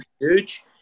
huge